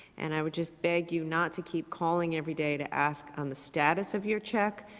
and i would just beg you not to keep calling every day to ask on the status of your check,